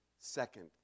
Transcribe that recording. second